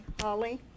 Holly